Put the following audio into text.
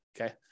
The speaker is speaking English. Okay